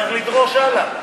צריך לדרוש הלאה.